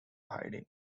hiding